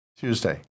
Tuesday